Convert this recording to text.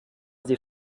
sie